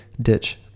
ditch